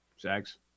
Zags